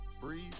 breathe